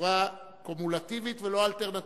בצורה קומולטיבית ולא אלטרנטיבית,